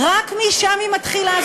רק משם היא מתחילה.